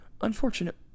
Unfortunate